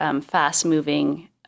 fast-moving